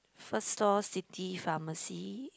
first store city pharmacy